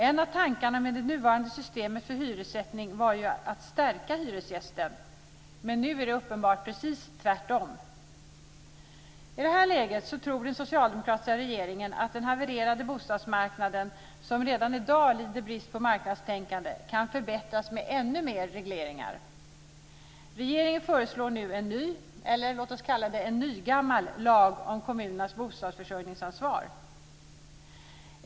En av tankarna med det nuvarande systemet för hyressättning var ju att stärka hyresgästen. Nu är det uppenbart precis tvärtom. I det här läget tror den socialdemokratiska regeringen att den havererade bostadsmarknaden, som redan i dag lider brist på marknadstänkande, kan förbättras med ännu mer regleringar. Regeringen föreslår nu en ny, eller låt oss kalla det en nygammal, lag om kommunernas bostadsförsörjningsansvar.